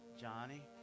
Johnny